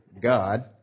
God